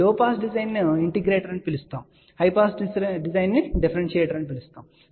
ఈ low pass డిజైన్ను integrator అని కూడా పిలుస్తారు మరియు హై పాస్ను డిఫరెన్సియేటర్ అని కూడా అంటారు